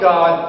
God